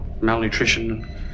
malnutrition